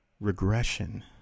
regression